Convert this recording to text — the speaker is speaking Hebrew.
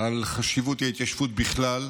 של חשיבות ההתיישבות בכלל,